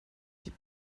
die